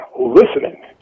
listening